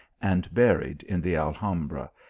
and buried in the alhambra,